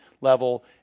level